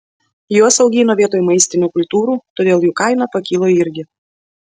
juos augino vietoj maistinių kultūrų todėl jų kaina pakilo irgi